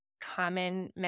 common